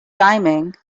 timing